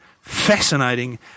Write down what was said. fascinating